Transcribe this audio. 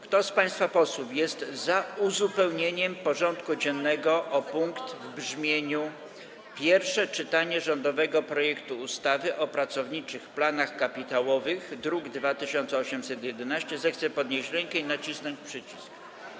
Kto z państwa posłów jest za uzupełnieniem porządku dziennego o punkt w brzmieniu: Pierwsze czytanie rządowego projektu ustawy o pracowniczych planach kapitałowych, druk nr 2811, zechce podnieść rękę i nacisnąć przycisk.